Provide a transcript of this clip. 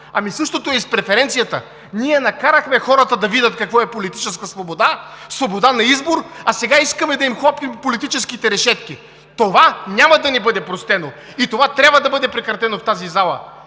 Същото е и с преференцията! Ние накарахме хората да видят какво е политическа свобода, свобода на избор, а сега искаме да им хлопнем политическите решетки. Това няма да ни бъде простено! И това трябва да бъде прекратено в тази зала!